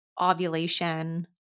ovulation